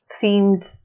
themed